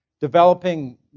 developing